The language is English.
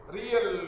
real